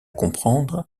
comprendre